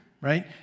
right